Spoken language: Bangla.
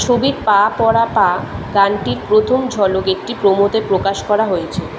ছবির পা পড়া পা গানটির প্রথম ঝলক একটি প্রোমোতে প্রকাশ করা হয়েছে